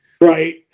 Right